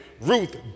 Ruth